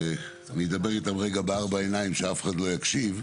בפתח הדברים אני אדבר איתם רגע בארבע עיניים שאף אחד לא יקשיב.